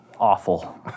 awful